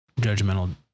judgmental